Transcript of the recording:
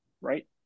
right